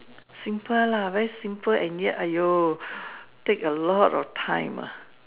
simple lah very simple and yet !aiyo! take a lot of time ah